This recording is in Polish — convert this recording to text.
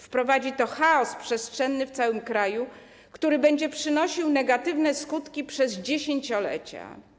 Wprowadzi to chaos przestrzenny w całym kraju, który będzie przynosił negatywne skutki przez dziesięciolecia.